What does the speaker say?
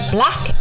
Black